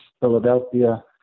Philadelphia